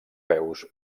peus